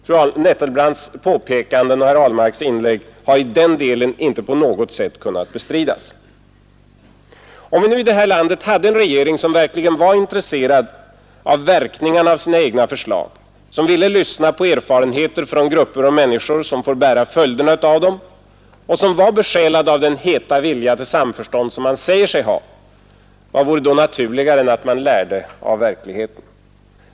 Fru Nettelbrandts påpekanden och herr Ahlmarks inlägg har i den delen inte på något sätt kunnat bestridas. Om vi nu i det här landet hade en regering som verkligen var intresserad av verkningarna av sina egna förslag, som ville lyssna på erfarenheter från grupper av människor som får bära följderna av dem och som var besjälad av den heta vilja till samförstånd som man säger sig ha, vad vore då naturligare än att man lärde av verkligheten.